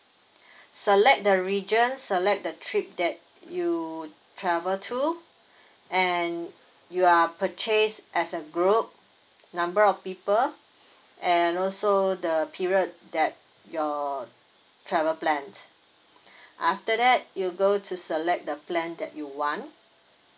select the region select the trip that you travel to and you are purchase as a group number of people and also the period that your travel plans after that you go to select the plan that you want